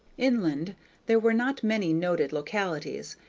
inland there were not many noted localities,